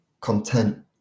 content